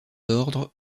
ordres